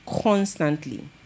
constantly